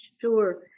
Sure